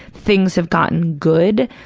things have gotten good,